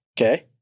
okay